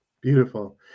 beautiful